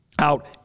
Out